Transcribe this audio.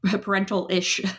parental-ish